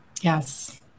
yes